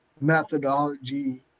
methodology